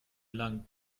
lang